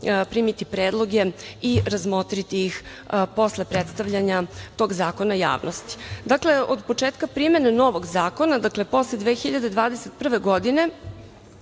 primiti predloge i razmotriti ih posle predstavljanja tog zakona javnosti. Od početka primene novog zakona, posle 2021. godine,